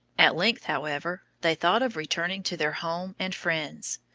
at length, however, they thought of returning to their home and friends.